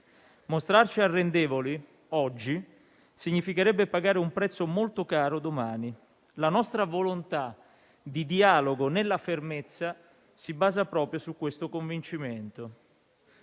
Mostrarci arrendevoli oggi significherebbe pagare un prezzo molto caro domani: la nostra volontà di dialogo nella fermezza si basa proprio su questo convincimento.